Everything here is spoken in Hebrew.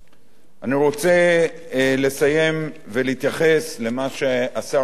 אני רוצה לסיים ולהתייחס למה שהשר לא יכול היה,